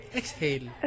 exhale